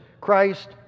Christ